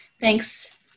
Thanks